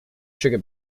sugar